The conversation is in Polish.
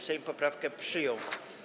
Sejm poprawkę przyjął.